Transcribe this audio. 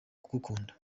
kugukunda